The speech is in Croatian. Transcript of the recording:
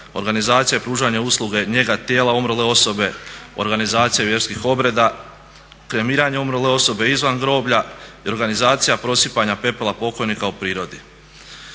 organizacija i prožanje usluge, njega tijela umrle osobe, organizacija vjerskih obreda, kremiranje umrle osobe izvan groblje i organizacija prosipanja pepela pokojnika u prirodi.